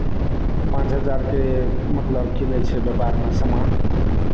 पाँच हजारके मतलब कीनै छै व्यापारमे सामान